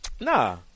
Nah